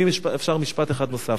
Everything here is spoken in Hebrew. ואם אפשר משפט אחד נוסף.